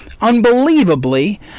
Unbelievably